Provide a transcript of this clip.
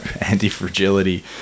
anti-fragility